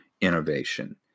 innovation